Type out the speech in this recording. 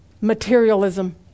materialism